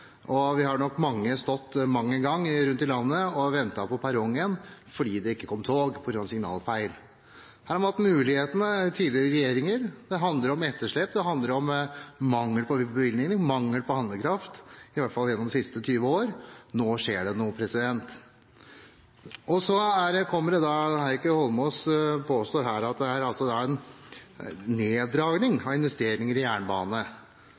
og vi er nok mange som rundt omkring i landet har stått mang en gang og ventet på perrongen fordi det ikke kom tog på grunn av signalfeil. Tidligere regjeringer har hatt muligheter, og dette handler om etterslep og mangel på bevilgninger og mangel på handlekraft, i hvert fall gjennom de siste 20 årene. Nå skjer det noe. Heikki Eidsvoll Holmås påstår at det er en neddragning av investeringer i jernbane. Da